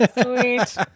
Sweet